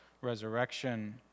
resurrection